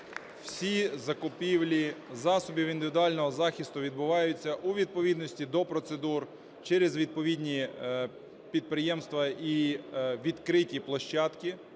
Всі закупівлі засобів індивідуального захисту відбуваються у відповідності до процедур через відповідні підприємства і відкриті площадки.